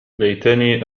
ليتني